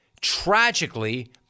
tragically